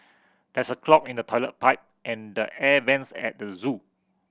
there's a clog in the toilet pipe and the air vents at the zoo